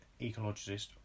ecologist